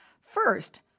First